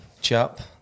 chap